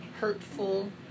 hurtful